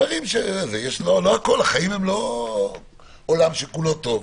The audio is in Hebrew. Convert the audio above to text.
לא הכול, החיים הם לא עולם שכולו טוב.